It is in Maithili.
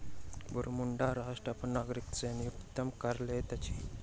बरमूडा राष्ट्र अपन नागरिक से न्यूनतम कर लैत अछि